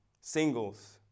singles